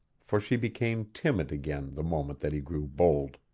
for she became timid again the moment that he grew bold.